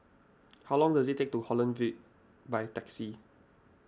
how long does it take to Holland Hill by taxi